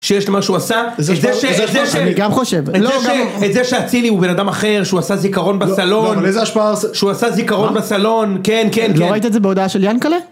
שיש למה שהוא עשה זה שזה שאני גם חושב את זה שאצילי הוא בן אדם אחר שהוא עשה זיכרון בסלון איזה השפעה שהוא עשה זיכרון בסלון כן כן לא ראית את זה בהודעה של ינקלה